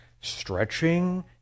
stretching